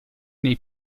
nei